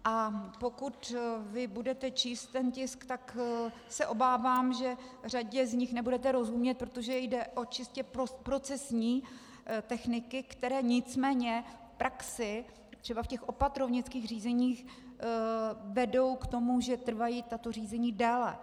A pokud vy budete číst ten tisk, tak se obávám, že řadě z nich nebudete rozumět, protože jde o čistě procesní techniky, které nicméně v praxi, třeba v těch opatrovnických řízeních, vedou k tomu, že tato řízení trvají déle.